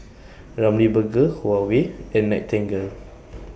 Ramly Burger Huawei and Nightingale